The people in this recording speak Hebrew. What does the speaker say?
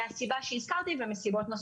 מן הסיבה שהזכרתי ומסיבות נוספות.